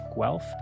Guelph